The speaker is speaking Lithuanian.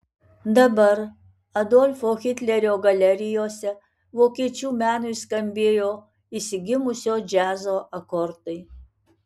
dabar adolfo hitlerio galerijose vokiečių menui skambėjo išsigimusio džiazo akordai